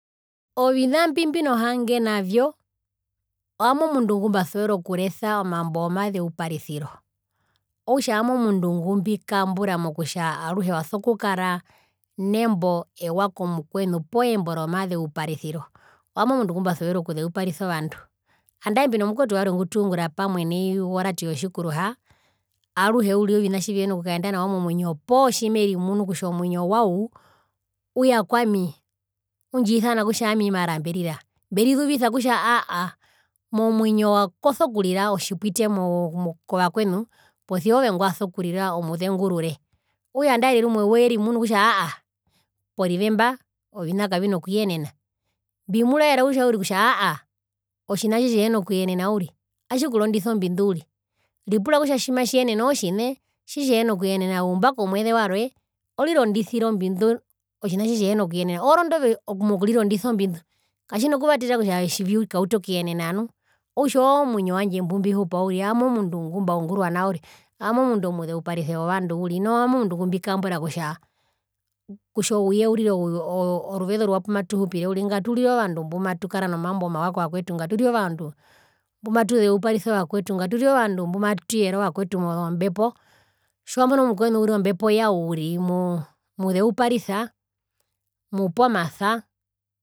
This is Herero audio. Ovina mbimbino hange navyo owami omundu ngumbasuvera okulesa omambo womazeuparisiro, okutja owami omundu ngumbikambura mokutja aruhe uso kukara nembo ewa komukwenu poo embo romazeuparisiro owami omundu ngumbasuvera okuzeuparisa ovandu andae mbino mukwetu warwe nai ngutungura pamwe woradio yotjikuruha aruhe uriri ovina tjivihina kukaenda nawa momwinyo poo tjimerimunu kutja omwinyo wau uya kwami undjisana kutja ami mara mberira mberizuvisakutja aahaa momwinyo kozo kurira otjipwite mo mo kovakwenu posia ove ngwaso kurira omuzengurure okutja nandarire rumwe werimunu kutja aahaa porive mba ovina kavina kuyenena mbimuraera kutja aahaa otjina tjitjihena kuyenena uriri atjikurondisa ombindu uriri ripura kutja tjimatjiyenene ootjine tjitjihena kuyena umba komweze warwe orirondisire ombindu otjina tjihena kuyenena orondi ove mokurirondisa ombindu katjina kuvatera kutja vikaute okuyenena nu okutja oomwinyo wandje mbumbihupa uriri owami omundu ngumabungurwa nao uriri owami omundu omuzeuparise wovandu uriri nu owami omundu ngumbikambura kutja, kutja ouye urire oruveze oruwa pumatuhupire uriri ngaturire ovandu mbumatukara nomambo mawa kovakwetu ngaturire ovandu mbumatuzeuparisa ovakwetu ngaturire ovandu mbumatuyereovakwetu mozombepo tjiwamunu omukwenu uriri ombepo yau uriri mumuzeuparisa mupa omasa.